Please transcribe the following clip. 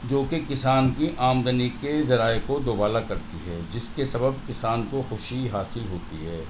جو کہ کسان کی آمدنی کے ذرائع کو دوبالا کرتی ہے جس کے سبب کسان کو خوشی حاصل ہوتی ہے